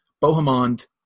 Bohemond